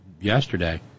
yesterday